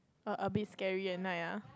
err a bit scary at night ah